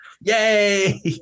Yay